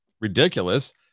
ridiculous